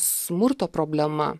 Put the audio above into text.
smurto problema